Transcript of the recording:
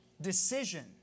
decision